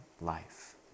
life